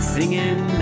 Singing